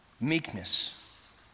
Meekness